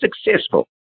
successful